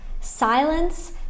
Silence